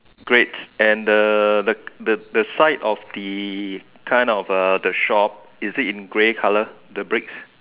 great and the the the the side of the kind of uh the shop is it in grey colour the bricks